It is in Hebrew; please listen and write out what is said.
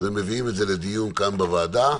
ומביאים את זה לדיון כאן בוועדה,